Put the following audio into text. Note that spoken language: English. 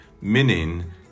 meaning